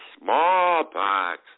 smallpox